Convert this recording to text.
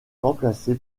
remplacé